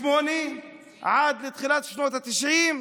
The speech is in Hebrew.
מ-1948 עד תחילת שנות התשעים,